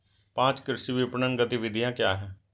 पाँच कृषि विपणन गतिविधियाँ क्या हैं?